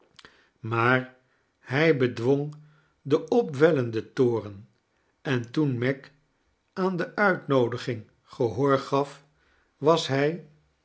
maar hij bedwong den opwellenden toorn en toen meg aan de uitnoodiging gehoor gaf was hij